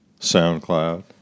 SoundCloud